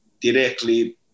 directly